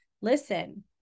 listen